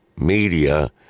media